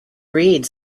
read